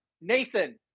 Nathan